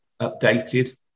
updated